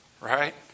right